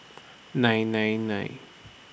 nine nine nine